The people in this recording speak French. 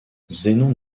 zénon